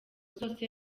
zose